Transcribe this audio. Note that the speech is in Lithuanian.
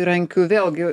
įrankių vėlgi